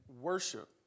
worship